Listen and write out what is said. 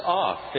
off